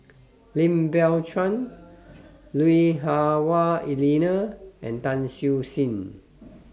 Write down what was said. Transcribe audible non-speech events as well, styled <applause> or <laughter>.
<noise> Lim Biow Chuan Lui Hah Wah Elena and Tan Siew Sin